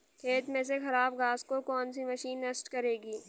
खेत में से खराब घास को कौन सी मशीन नष्ट करेगी?